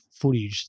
footage